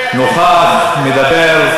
נוכח, מדבר.